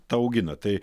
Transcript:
tą augina tai